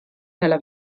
nella